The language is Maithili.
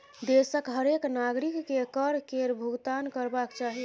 देशक हरेक नागरिककेँ कर केर भूगतान करबाक चाही